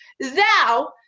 Thou